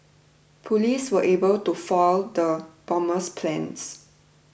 police were able to foil the bomber's plans